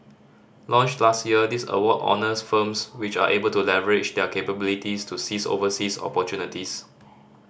launched last year this award honours firms which are able to leverage their capabilities to seize overseas opportunities